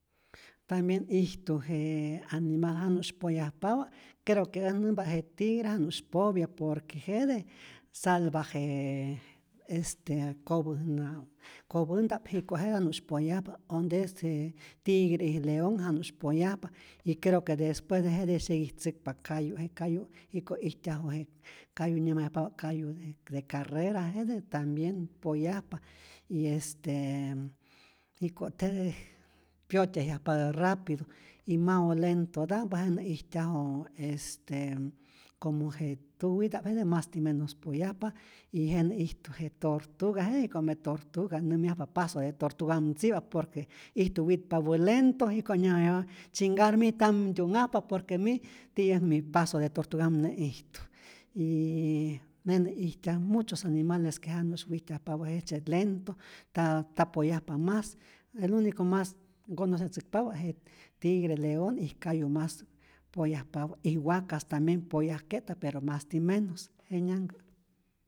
Tambien ijtu je animal janu'sy poyajpapä, creo que äj nämpa't je tigre janu'sh popya, por que jete salvaj este kopäjnä kopänta'p, jiko' jete janu'sh poyajpa, onde es je tigre y leon janusy poyajpa y creo que despues de jete syeguitzäkpa kayu', je kayu jiko' ijtyaju je kayu nyäjmayajpapä' kayu de carrera, jete tambien poyajpa y este jiko' jete pyotyejyajpatä rapido, y mau lentota'mpä jenä ijtyaju este como oje tuwita'p jete masti menos poyajpa, y jenä ijtu je tortuga jete jikome' tortuga nämyajpa paso de tortugam ntzi'pa por que ijtu witpapä lento jiko' nyäjayaj chingar mij ntam ntyu'nhajpa por que mij tiyäkmi paso de tortugam nä'ijtu, yyy jenä ijtyaj muchos animales que janu'sh wijtyajpapä jejtzye lento, ta ta poyajpa mas, el unico mas nkonocetzäkpapät je tigre, leon, y kayu mas poyajpapä, y wakas tambien poyajke'ta pero masti menos, jenyanhkä.